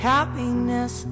Happiness